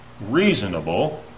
reasonable